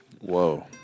Whoa